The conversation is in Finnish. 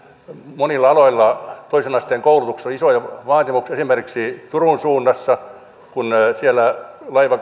monilla aloilla toisen asteen koulutuksessa on isoja vaatimuksia esimerkiksi turun suunnassa kun siellä